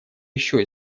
еще